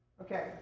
okay